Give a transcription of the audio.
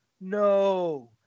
No